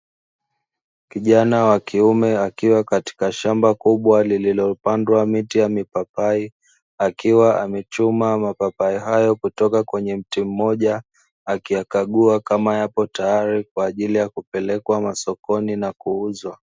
Kijana wa kiume akiwa katika shamba kubwa lililopandwa miti ya mapapai, akiwa amechuma mapapai hayo kutoka kwenye mti mmoja akiyakagua kama yapo tayari kwa ajili ya kupelekwa masokoni na kuuzwa.